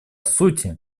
сути